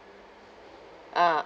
ah